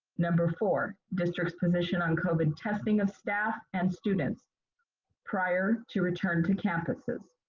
number four, district's position on covid testing of staff and students prior to return to campuses.